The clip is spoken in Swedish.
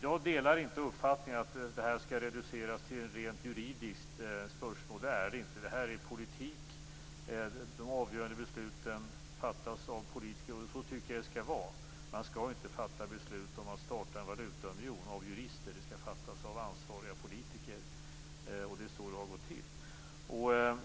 Jag delar inte uppfattningen att det här skall reduceras till ett rent juridiskt spörsmål. Det är det inte. Det här är politik. De avgörande besluten fattas av politiker. Så tycker jag också att det skall vara. Ett beslut om att starta en valutaunion skall inte fattas av jurister. Det skall fattas av ansvariga politiker. Och det är så det har gått till.